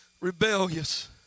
rebellious